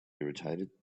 irritated